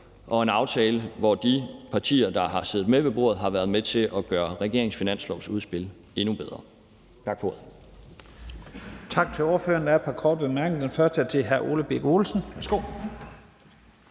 og en aftale, hvor de partier, der har siddet med ved bordet, har været med til at gøre regeringens finanslovsudspil endnu bedre. Tak for ordet.